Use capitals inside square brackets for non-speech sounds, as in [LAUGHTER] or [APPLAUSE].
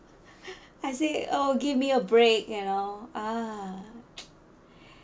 [BREATH] I say oh give me a break you know ah [NOISE]